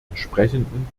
entsprechenden